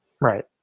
Right